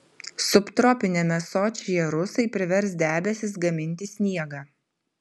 subtropiniame sočyje rusai privers debesis gaminti sniegą